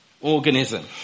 organism